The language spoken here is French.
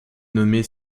nommée